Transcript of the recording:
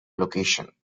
location